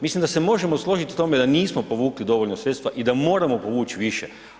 Mislim da se možemo složiti u tome da nismo povukli dovoljno sredstva i da moramo povući više.